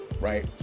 right